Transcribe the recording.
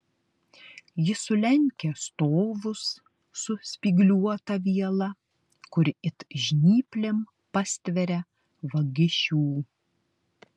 ji sulenkia stovus su spygliuota viela kuri it žnyplėm pastveria vagišių